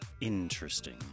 Interesting